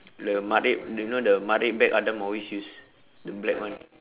the matrep you know the matrep bag adam always use the black one